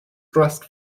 dressed